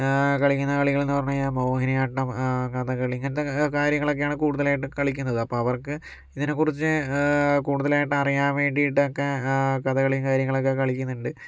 കളിക്കുന്ന കളികൾന്ന് പറഞ്ഞ് കഴിഞ്ഞാൽ മോഹിനിയാട്ടം കഥകളി ഇങ്ങനത്തെക്കെ കാര്യങ്ങളാണ് കൂടുതലായിട്ട് കളിക്കുന്നത് അപ്പം അവർക്ക് ഇതിനെക്കുറിച്ച് കൂടുതലായിട്ട് അറിയാൻ വേണ്ടിയിട്ടൊക്കെ കഥകളിയും കാര്യങ്ങളൊക്കെ കളിക്കുന്നുണ്ട്